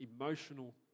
emotional